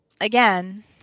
again